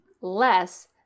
less